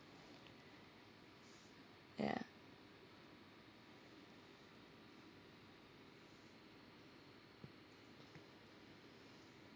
ya